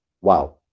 Wow